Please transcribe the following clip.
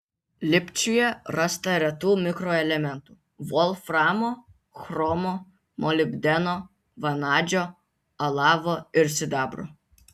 lipčiuje rasta retų mikroelementų volframo chromo molibdeno vanadžio alavo ir sidabro